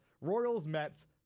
Royals-Mets